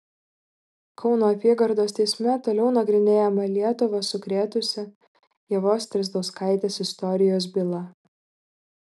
kauno apygardos teisme toliau nagrinėjama lietuvą sukrėtusį ievos strazdauskaitės istorijos byla